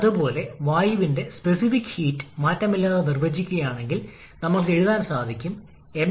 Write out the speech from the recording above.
ഇപ്പോൾ ഈ സാഹചര്യത്തിൽ നമുക്ക് mdot T2 T3 എന്നിവ അറിയാം